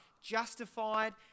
justified